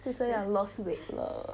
就这样 lost weight 了